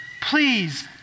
please